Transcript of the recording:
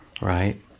Right